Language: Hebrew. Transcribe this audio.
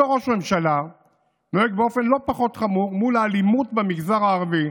אותו ראש ממשלה נוהג באופן לא פחות חמור מול האלימות במגזר הערבי,